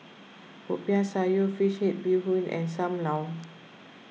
Popiah Sayur Fish Head Bee Hoon and Sam Lau